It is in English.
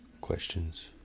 Questions